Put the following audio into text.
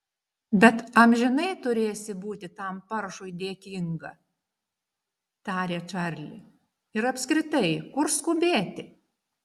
bet amžinai turėsi būti tam paršui dėkinga tarė čarli ir apskritai kur skubėti